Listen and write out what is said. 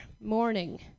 morning